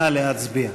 נא להצביע.